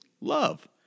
love